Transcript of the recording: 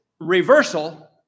reversal